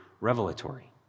revelatory